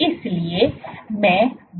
तो आइए संदर्भ समय 1403